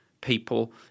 people